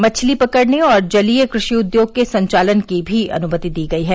मछली पकड़ने और जलीय कृषि उद्योग के संचालन की भी अनुमति दी गई है